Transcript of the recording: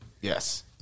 Yes